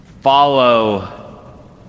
follow